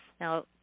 Now